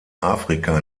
afrika